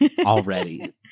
already